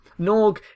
Norg